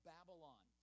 Babylon